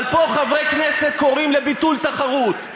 אבל פה חברי כנסת קוראים לביטול התחרות,